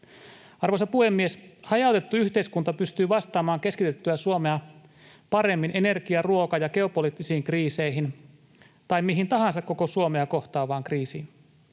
Arvoisa puhemies! Hajautettu yhteiskunta pystyy vastaamaan keskitettyä Suomea paremmin energia‑, ruoka- ja geopoliittisiin kriiseihin tai mihin tahansa koko Suomea kohtaavaan kriisiin.